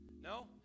No